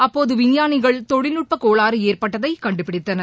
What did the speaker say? அப்போது விஞ்ஞாளிகள் தொழில்நுட்ப கோளாறு ஏற்பட்டதை கண்டுபிடித்தனர்